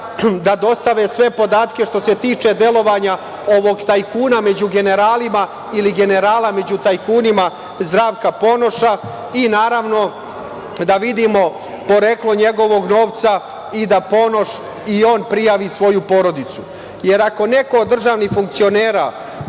da dostave sve podatke što se tiče delovanja ovog tajkuna među generalima ili generala među tajkunima – Zdravka Ponoša i, naravno, da vidimo poreklo njegovog novca i da Ponoš prijavi svoju porodicu. Ako neko od državnih funkcionera,